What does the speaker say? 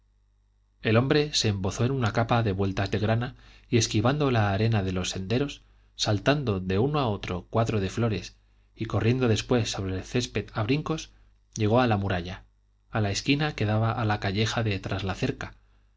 el hombre se embozó en una capa de vueltas de grana y esquivando la arena de los senderos saltando de uno a otro cuadro de flores y corriendo después sobre el césped a brincos llegó a la muralla a la esquina que daba a la calleja de traslacerca